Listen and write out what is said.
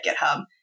GitHub